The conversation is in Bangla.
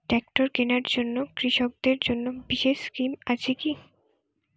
ট্রাক্টর কেনার জন্য কৃষকদের জন্য বিশেষ স্কিম আছে কি?